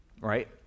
Right